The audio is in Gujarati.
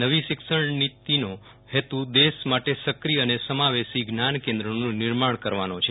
નવી શિક્ષણ નીતિનો હેતુ દેશ માટે સક્રિય અને સમાવેશી જ્ઞાન કેન્દ્રનું નિર્માણ કરવાનો છે